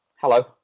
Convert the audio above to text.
Hello